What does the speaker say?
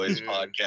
podcast